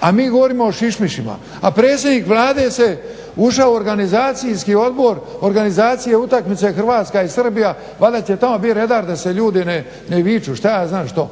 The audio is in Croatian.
a mi govorimo o šišmišima, a predsjednik Vlade ušao u organizacijski odbor, organizacija utakmice Hrvatska-Srbija valjda će tamo biti redar da ljudi ne viču, šta ja znam što.